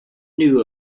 knew